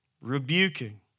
rebuking